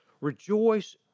rejoice